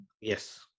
Yes